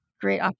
Great